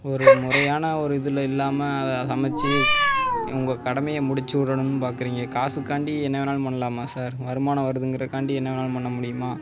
ஒரு முறையான ஒரு இதில் இல்லாமல் சமைச்சு உங்கள் கடமையை முடிச்சு விடணும்னு பார்க்குறீங்க காசுக்காண்டி என்ன வேணாலும் பண்ணலாமா சார் வருமானம் வருதுங்கரத்துக்காண்டி என்ன வேணாலும் பண்ண முடியுமா